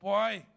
Boy